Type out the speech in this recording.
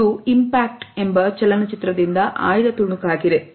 ಇದು ಇಂಪ್ಯಾಕ್ಟ್ ಎಂಬ ಚಲನಚಿತ್ರದಿಂದ ಆಯ್ದ ತುಣುಕಾಗಿದೆ